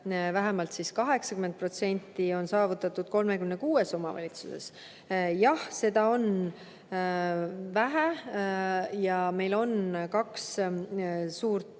vähemalt 80% on saavutatud 36 omavalitsuses. Jah, seda on vähe. Meil on kaks suurt